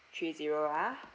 three zero ah